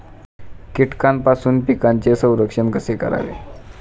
कीटकांपासून पिकांचे संरक्षण कसे करावे?